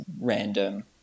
random